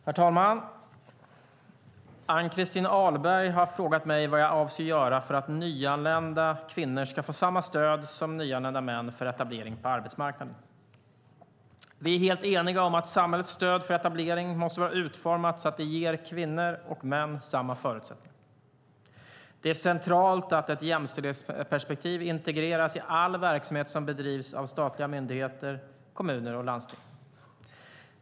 Herr talman! Ann-Christin Ahlberg har frågat mig vad jag avser att göra för att nyanlända kvinnor ska få samma stöd som nyanlända män för etablering på arbetsmarknaden. Vi är helt eniga om att samhällets stöd för etablering måste vara utformat så att det ger kvinnor och män samma förutsättningar. Det är centralt att ett jämställdhetsperspektiv integreras i all verksamhet som bedrivs av statliga myndigheter, kommuner och landsting.